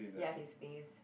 ya his face